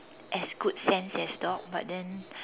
as good sense as dog but then